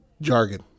jargon